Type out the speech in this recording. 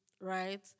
right